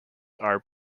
are